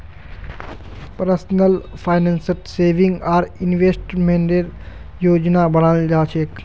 personal फाइनेंसत saving आर इन्वेस्टमेंटेर योजना बनाल जा छेक